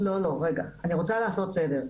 לא, לא, רגע, אני רוצה לעשות סדר.